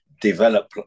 develop